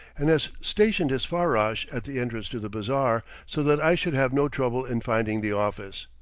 and has stationed his farrash at the entrance to the bazaar, so that i should have no trouble in finding the office.